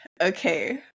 Okay